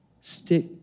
Stick